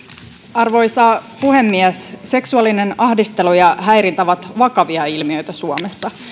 arvoisa puhemies seksuaalinen ahdistelu ja häirintä ovat vakavia ilmiöitä suomessa